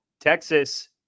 Texas